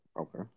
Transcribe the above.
Okay